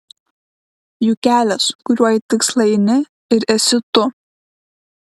juk kelias kuriuo į tikslą eini ir esi tu